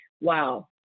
Wow